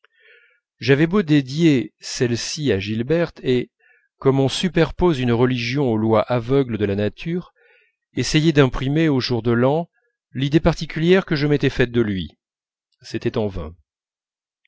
j'avais beau dédier celle-ci à gilberte et comme on superpose une religion aux lois aveugles de la nature essayer d'imprimer au jour de l'an l'idée particulière que je m'étais faite de lui c'était en vain